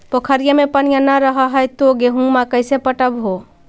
पोखरिया मे पनिया न रह है तो गेहुमा कैसे पटअब हो?